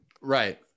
Right